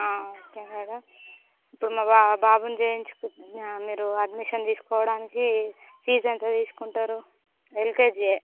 ఆ okay madam ఇప్పుడు మా బాబుని చేయించుకు మీరు అడ్మిషన్ తీసుకోవడానికి ఫీజు ఎంత తీసుకుంటారు ఎల్కేజియే